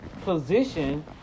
position